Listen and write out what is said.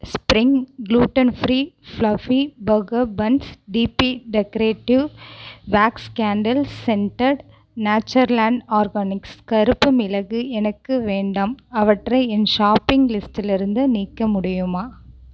spring gluten free fluffy burger buns DP decorative wax candles scented Natureland Organics கருப்பு மிளகு எனக்கு வேண்டாம் அவற்றை என் ஷாப்பிங் லிஸ்டிலிருந்து நீக்க முடியுமா